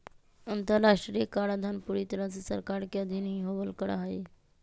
अन्तर्राष्ट्रीय कराधान पूरी तरह से सरकार के अधीन ही होवल करा हई